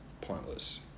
pointless